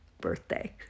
birthday